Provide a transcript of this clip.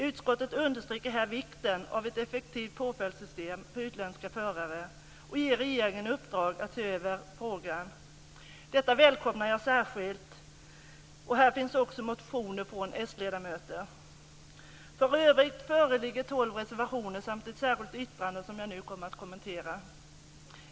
Utskottet understryker här vikten av ett effektivt påföljdssystem för utländska förare och ger regeringen i uppdrag att se över frågan. Detta välkomna jag särskilt. Här finns också motioner från s-ledamöter. För övrigt föreligger tolv reservationer samt ett särskilt yttrande som jag nu kommer att kommentera.